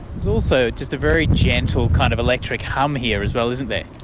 is also just a very gentle kind of electric hum here as well, isn't there.